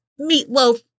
Meatloaf